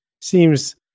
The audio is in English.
seems